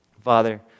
Father